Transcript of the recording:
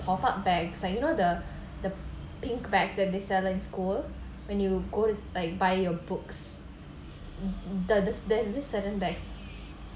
pop up bags like you know the the pink bags that they sell in school when you go there's like buy your books the there's this certain bags